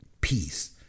peace